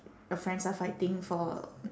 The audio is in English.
your friends are fighting for